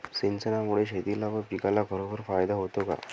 सिंचनामुळे शेतीला व पिकाला खरोखर फायदा होतो का?